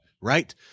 right